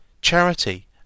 charity